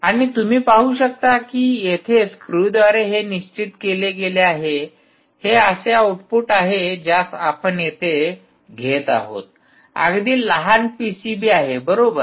आणि तुम्ही पाहु शकता की येथे स्क्रूद्वारे हे निश्चित केले गेले आहे हे असे आउटपुट आहे ज्यास आपण येथे घेत आहोत अगदी लहान पीसीबी आहे बरोबर